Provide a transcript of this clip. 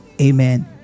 Amen